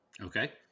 Okay